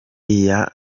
iya